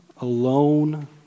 alone